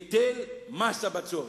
היטל מס הבצורת.